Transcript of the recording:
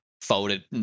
folded